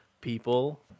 people